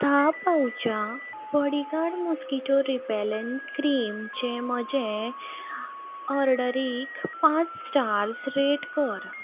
धा पाउचां bodyguard mosquito repellent क्रीमचें म्हजें ऑर्डरीक पांच स्टार्स रेट कर